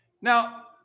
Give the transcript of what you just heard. Now